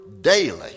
daily